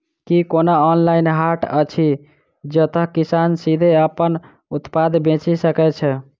की कोनो ऑनलाइन हाट अछि जतह किसान सीधे अप्पन उत्पाद बेचि सके छै?